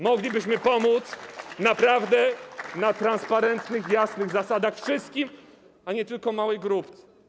Moglibyśmy pomóc naprawdę na transparentnych, jasnych zasadach wszystkim, a nie tylko małej grupie.